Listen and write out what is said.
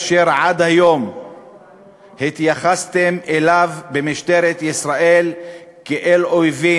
אשר עד היום התייחסתם אליו במשטרת ישראל כאל אויב,